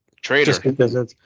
Trader